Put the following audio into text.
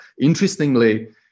Interestingly